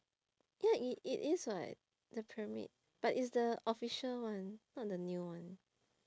ya it it is what the pyramid but it's the official one not the new one